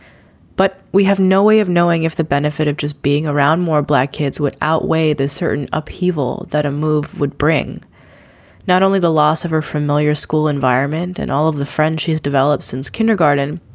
but we have no way of knowing if the benefit of just being around more black kids would outweigh the certain upheaval that a move would bring not only the loss of her familiar school environment and all of the friends she's developed since kindergarten,